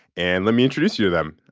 and let me introduce you to them.